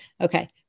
Okay